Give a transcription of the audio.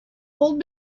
old